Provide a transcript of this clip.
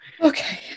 Okay